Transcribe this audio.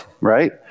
right